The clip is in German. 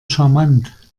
charmant